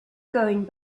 going